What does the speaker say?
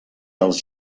els